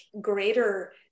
greater